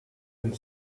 and